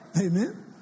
Amen